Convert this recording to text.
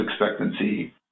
expectancy